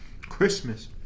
Christmas